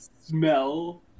smell